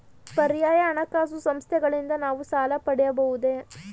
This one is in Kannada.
ಪರ್ಯಾಯ ಹಣಕಾಸು ಸಂಸ್ಥೆಗಳಿಂದ ನಾವು ಸಾಲ ಪಡೆಯಬಹುದೇ?